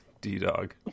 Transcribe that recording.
D-Dog